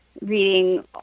reading